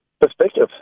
Perspective